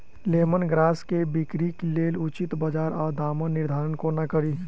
Lemon grass केँ बिक्रीक लेल उचित बजार आ दामक निर्धारण कोना कड़ी?